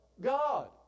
God